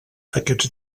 aquests